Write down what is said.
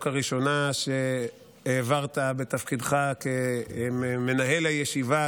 הראשונה שהעברת בתפקידך כמנהל הישיבה,